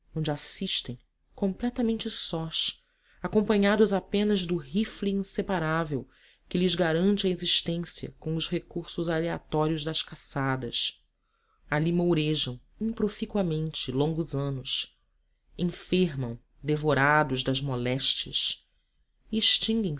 onde assistem completamente sós acompanhados apenas do rifle inseparável que lhes garante a existência com os recursos aleatórios das caçadas ali mourejam improficuamente longos anos enfermam devorados das moléstias